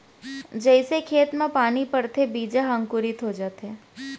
जइसे खेत म पानी परथे बीजा ह अंकुरित हो जाथे